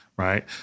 right